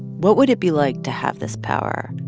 what would it be like to have this power,